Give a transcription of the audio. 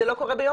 זה לא קורה ביום,